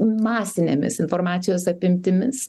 masinėmis informacijos apimtimis